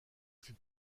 fut